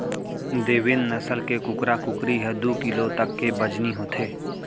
देवेन्द नसल के कुकरा कुकरी ह दू किलो तक के बजनी होथे